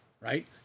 right